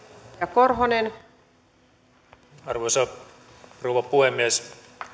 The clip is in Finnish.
arvoisa rouva puhemies